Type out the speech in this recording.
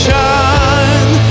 Shine